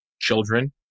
children